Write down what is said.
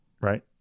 right